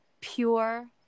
pure